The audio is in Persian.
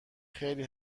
خیلی